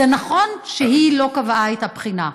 נכון שהיא לא קבעה את הבחינה,